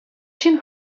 ҫын